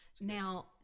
Now